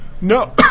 No